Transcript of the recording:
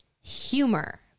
humor